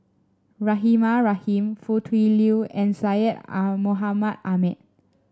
Rahimah Rahim Foo Tui Liew and Syed ah Mohamed Ahmed